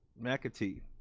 mcatee.